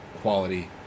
quality